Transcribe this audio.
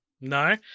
No